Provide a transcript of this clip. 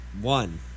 one